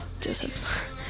Joseph